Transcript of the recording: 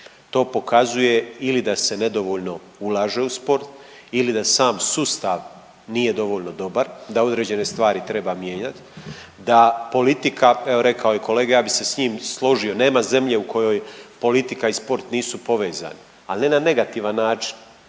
To pokazuje ili da se nedovoljno ulaže u sport ili da sam sustav nije dovoljno dobar, da određene stvari treba mijenjat, da politika, evo rekao je i kolega, ja bi se s njim složio, nema zemlje u kojoj politika i sport nisu povezani, a ne na negativan način